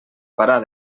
parar